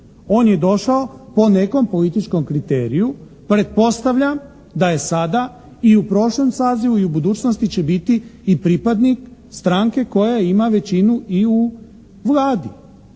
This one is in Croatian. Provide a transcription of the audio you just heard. On je došao po nekom političkom kriteriju, pretpostavljam da je sada i u prošlom sazivu i u budućnosti će biti i pripadnik stranke koja ima većinu i u Vladi.